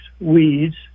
weeds